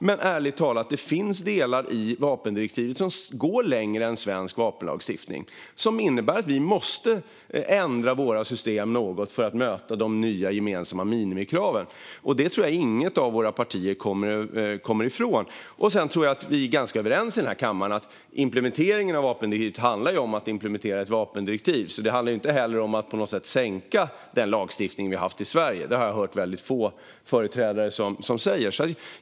Men, ärligt talat, det finns delar i vapendirektivet som går längre än svensk vapenlagstiftning och som innebär att vi måste ändra våra system något för att möta de nya gemensamma minimikraven. Det tror jag inte att något av våra partier kommer ifrån. Sedan tror jag att vi är ganska överens i denna kammare om att implementeringen av vapendirektivet handlar om att implementera ett vapendirektiv. Det handlar inte om att på något sätt sänka den lagstiftning vi har haft i Sverige. Det har jag hört väldigt få företrädare säga.